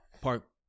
park